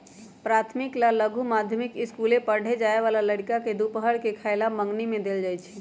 प्राथमिक आ लघु माध्यमिक ईसकुल पढ़े जाय बला लइरका के दूपहर के खयला मंग्नी में देल जाइ छै